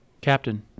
Captain